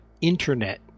internet